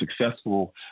successful